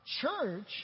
church